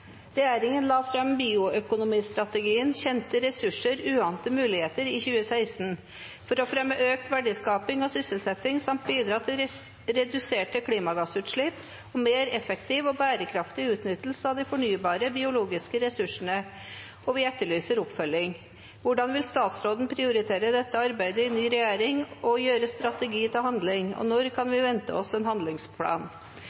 Regjeringen la fram bioøkonomistrategien «Kjente ressurser – uante muligheter» i 2016 for å fremme økt verdiskaping og sysselsetting, bidra til reduserte klimagassutslipp og gi mer effektiv og bærekraftig utnyttelse av de fornybare biologiske ressursene. Målet er i tråd med det Stortinget ønsker. I fjor spurte jeg daværende næringsminister Røe Isaksen om når